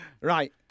Right